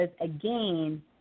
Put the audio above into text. again